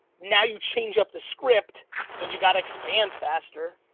now you change up the script cause you gotta expand faster,